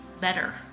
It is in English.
better